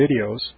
videos